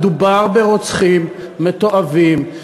מדובר ברוצחים מתועבים,